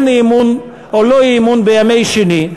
כן אי-אמון או לא אי-אמון בימי שני.